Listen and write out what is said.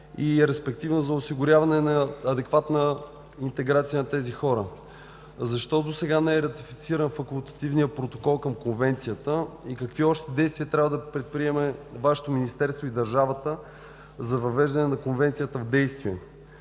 и респективно за осигуряване на адекватна интеграция на тези хора? Защо досега не е ратифицира факултативния протокол към Конвенцията и какви още действия трябва да предприеме Вашето министерство и държавата за въвеждане на Конвенцията в действие